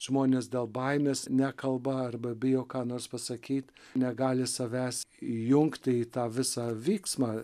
žmonės dėl baimės nekalba arba bijo ką nors pasakyt negali savęs įjungti į tą visą vyksmą